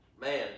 Man